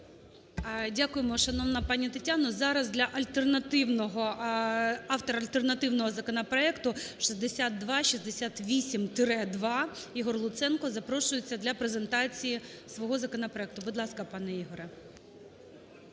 Дякуємо, шановна пані Тетяна. Зараз для альтернативного... автора альтернативного законопроекту 6268-2, Ігор Луценко запрошується для презентації свого законопроекту. Будь ласка, панеІгоре.